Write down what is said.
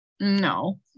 no